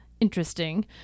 interesting